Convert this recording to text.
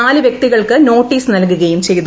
നാല് വൃക്തികൾക്ക് നോട്ടീസ് നൽകുകയും ചെയ്തു